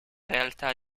realtà